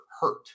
hurt